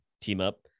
team-up